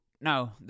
No